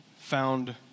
found